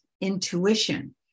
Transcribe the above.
intuition